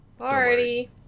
Alrighty